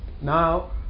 now